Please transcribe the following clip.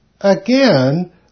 Again